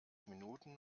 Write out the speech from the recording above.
minuten